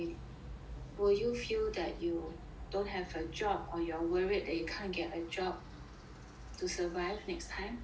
will you feel that you don't have a job or you're worried that you can't get a job to survive next time